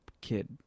kid